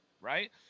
right